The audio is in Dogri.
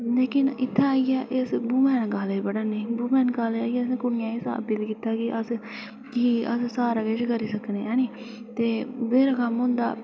लेकिन इत्थै आइयै अस वूमैन कॉलेज पढ़ा नियां वुमैन कॉलेज आइयै कुड़ियें एह् साबत कीता की अस की अस सारा किश करी सकने ऐ नी ते बधेरा कम्म होंदा